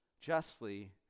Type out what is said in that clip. justly